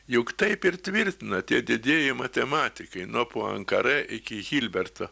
juk taip ir tvirtina tie didieji matematikai nuo puankarė iki hilberto